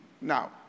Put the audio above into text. Now